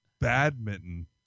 badminton